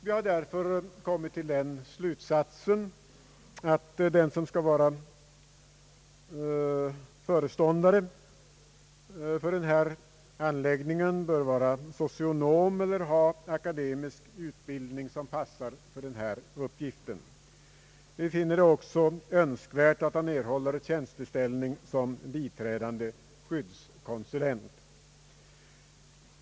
Vi har kommit till den slutsatsen att föreståndaren bör vara socionom eller ha en akademisk utbildning som passar för uppgiften. Det är också önskvärt att han erhåller tjänsteställning som biträdande skyddskonsulent.